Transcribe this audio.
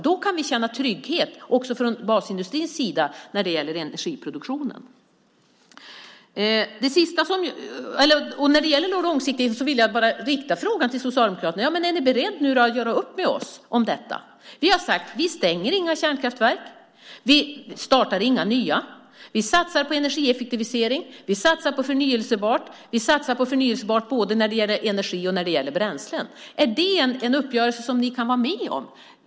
Då kan vi känna trygghet också från basindustrins sida när det gäller energiproduktionen. När det gäller långsiktigheten vill jag rikta en fråga till Socialdemokraterna: Är ni beredda att göra upp med oss om detta nu? Vi har sagt att vi inte stänger några kärnkraftverk. Vi startar inga nya. Vi satsar på energieffektivisering. Vi satsar på förnybart. Vi satsar på förnybart både när det gäller energin och när det gäller bränslen. Är det en uppgörelse som ni kan vara med om?